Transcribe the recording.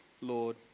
Lord